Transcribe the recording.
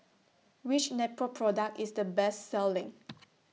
Which Nepro Product IS The Best Selling